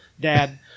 dad